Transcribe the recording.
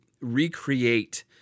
recreate